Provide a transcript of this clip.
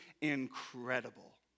incredible